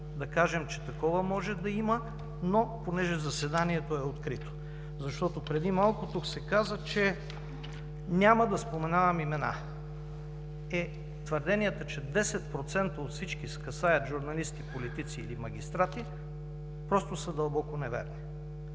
да кажем, че такова може да има, но понеже заседанието е открито, защото преди малко тук се каза, че няма да споменавам имена, е, твърденията, че 10% от всички касаят журналисти, политици или магистрати, просто са дълбоко неверни.